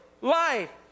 life